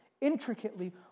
Intricately